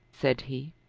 said he,